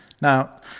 now